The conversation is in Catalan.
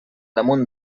damunt